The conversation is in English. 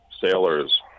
sailors